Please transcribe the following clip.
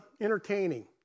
entertaining